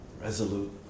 resolute